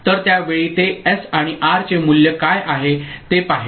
तर त्या वेळी ते एस आणि आर चे मूल्य काय आहे ते पाहेल